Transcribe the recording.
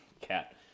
Cat